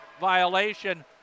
violation